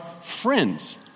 friends